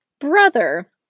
Brother